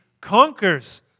conquers